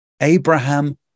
Abraham